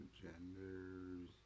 genders